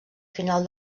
final